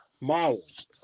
models